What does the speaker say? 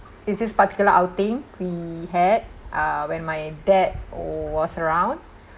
is this particular outing we had uh when my dad was around